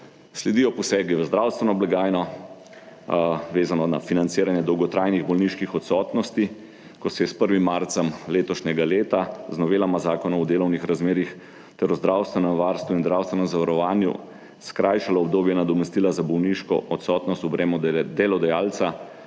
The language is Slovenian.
Sledijo posegi v zdravstveno blagajno, vezano na financiranje dolgotrajnih bolniških odsotnosti. Ko se je s prvim marcem letošnjega leta, z novelama zakona o delovnih razmerjih ter o zdravstvenem varstvu in zdravstvenem zavarovanju skrajšalo obdobje nadomestila za bolniško odsotnost v breme delodajalca